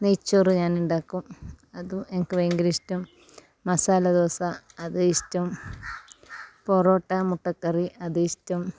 നെയ്യ് ചോറ് ഞാൻ ഉണ്ടാക്കും അതും എനിക്ക് ഭയങ്കര ഇഷ്ട്ടം മസാലദോശ അത് ഇഷ്ട്ടം പൊറോട്ട മുട്ടക്കറി അത് ഇഷ്ട്ടം